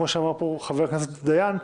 כמו שאמר פה חבר הכנסת דיין,